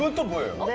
the worst